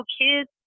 kids